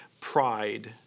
pride